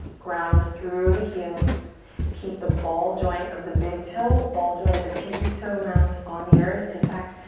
ground through the heels keep the ball joint of the big toe ball jointed the pinky toe mound on the earth in fact,